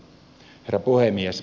herra puhemies